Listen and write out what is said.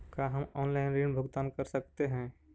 का हम आनलाइन ऋण भुगतान कर सकते हैं?